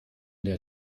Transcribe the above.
der